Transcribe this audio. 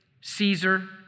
Caesar